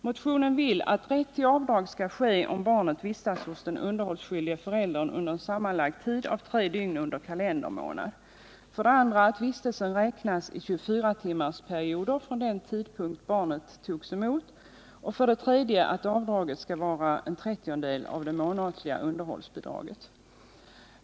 Motionärerna vill för det första att rätt till avdrag skall finnas om barnet vistas hos den underhållsskyldige föräldern under en sammanlagd tid av tre dygn under en kalendermånad, för det andra att vistelsen räknas i 24 timmarsperioder från den tidpunkt barnet togs emot och för det tredje att avdraget skall vara 1/30 av det månatliga underhållsbidraget.